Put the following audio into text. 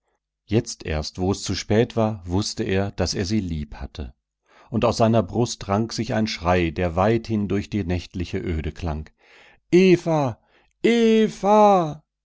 jetzt erst wo es zu spät war wußte er daß er sie lieb hatte und aus seiner brust rang sich ein schrei der weithin durch die nächtliche öde klang eva